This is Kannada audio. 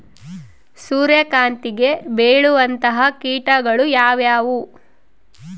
ಸೂರ್ಯಕಾಂತಿಗೆ ಬೇಳುವಂತಹ ಕೇಟಗಳು ಯಾವ್ಯಾವು?